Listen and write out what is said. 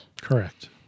Correct